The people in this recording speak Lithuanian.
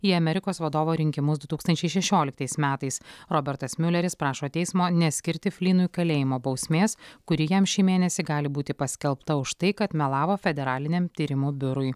į amerikos vadovo rinkimus du tūkstančiai šešioliktais metais robertas miuleris prašo teismo neskirti flynui kalėjimo bausmės kuri jam šį mėnesį gali būti paskelbta už tai kad melavo federaliniam tyrimų biurui